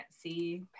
see